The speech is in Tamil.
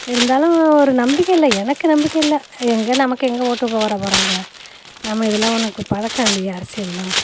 இருந்தாலும் ஒரு நம்பிக்க இல்லை எனக்கு நம்பிக்க இல்லை எங்கே நமக்கு எங்க ஓட்டு போறாங்க நம்ம இதெலாம் உனக்கு பழக்கம் இல்லையே அரசியல்லாம்